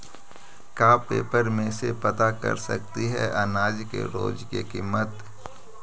का पेपर में से पता कर सकती है अनाज के रोज के किमत?